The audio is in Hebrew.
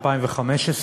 2015,